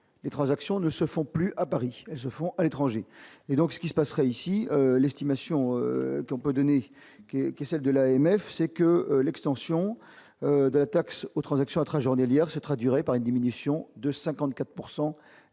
les transactions ne se font plus à Paris, elles se font à l'étranger, et donc ce qui se passera ici l'estimation, on peut donner, qui est celle de l'AMF, c'est que l'extension de la taxe aux transactions intra-journalières ce. Traduirait par une diminution de 54